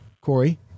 Corey